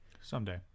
Someday